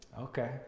Okay